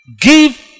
Give